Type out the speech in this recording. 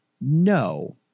no